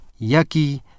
Yaki